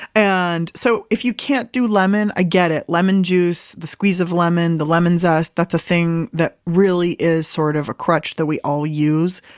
and so, if you can't do lemon, i get it. lemon juice, the squeeze of lemon, the lemon zest that's a thing that really is sort of a crutch that we all use.